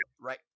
right